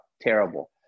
terrible